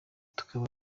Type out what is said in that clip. tukaba